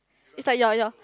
is like your your